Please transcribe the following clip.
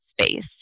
space